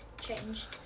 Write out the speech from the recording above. changed